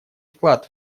вклад